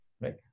right